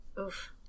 Oof